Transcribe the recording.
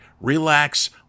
relax